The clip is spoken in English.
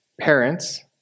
parents